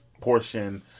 portion